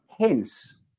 Hence